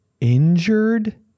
injured